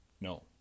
No